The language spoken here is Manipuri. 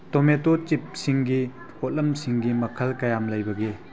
ꯇꯣꯃꯦꯇꯣ ꯆꯤꯞꯁꯤꯡꯒꯤ ꯄꯣꯠꯂꯝꯁꯤꯡꯒꯤ ꯃꯈꯜ ꯀꯌꯥꯝ ꯂꯩꯕꯒꯦ